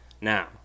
Now